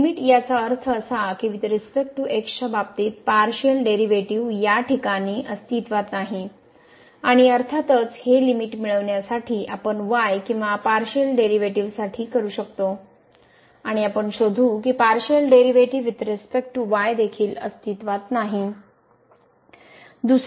तर लिमिट याचा अर्थ असा की वुईथ रिस्पेक्ट टू x च्या बाबतीत पारशिअल डेरीवेटीव या ठिकाणीअस्तित्त्वात नाही आणि अर्थातच हे लिमिट मिळवण्यासाठी आपण y किंवा पारशिअल डेरीवेटीवसाठी करू शकतो आणि आपण शोधू की partial derivative with respect to y देखील अस्तित्वात नाही